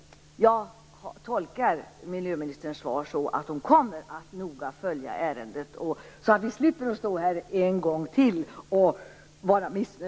Jag tolkar miljöministerns svar som att hon noga kommer att följa ärendet, så att vi slipper stå här en gång till och vara missnöjda.